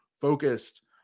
focused